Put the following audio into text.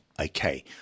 okay